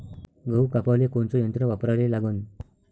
गहू कापाले कोनचं यंत्र वापराले लागन?